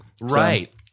Right